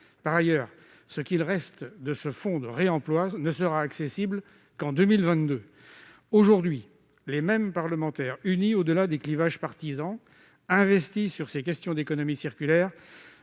Par ailleurs, ce qu'il reste de ce fonds de réemploi ne sera accessible qu'en 2022. Aujourd'hui, les mêmes parlementaires, unis au-delà des clivages partisans, investis sur ces questions d'économie circulaire,